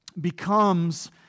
becomes